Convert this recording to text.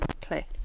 Play